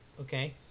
Okay